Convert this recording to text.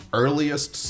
earliest